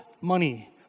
money